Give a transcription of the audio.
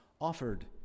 offered